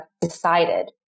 decided